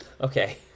okay